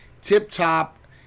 tip-top